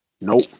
Nope